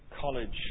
college